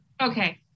okay